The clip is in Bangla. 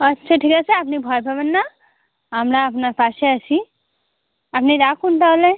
আচ্ছা ঠিক আছে আপনি ভয় পাবেন না আমরা আপনার পাশে আছি আপনি রাখুন তাহলে